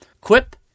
Quip